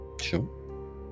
Sure